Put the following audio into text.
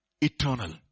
eternal